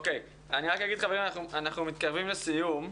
אני אגיד, חברים, אנחנו מתקרבים לסיום.